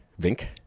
Vink